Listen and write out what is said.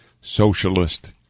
socialist